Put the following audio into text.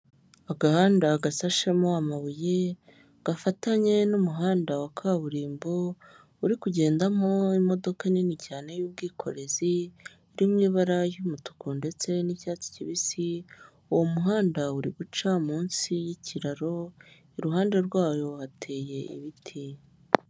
Agahanda agasashemo amabuye, gafatanye n'umuhanda wa kaburimbo, uri kugendamo imodoka nini cyane y'ubwikorezi iri mu ibara ry'umutuku ndetse n'icyatsi kibisi, uwo muhanda uri guca munsi y'ikiraro, iruhande rwaho wateye ibiti.